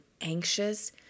anxious